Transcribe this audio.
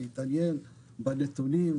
להתעניין בנתונים,